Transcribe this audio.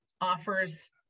offers